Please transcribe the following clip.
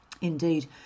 Indeed